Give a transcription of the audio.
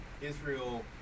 Israel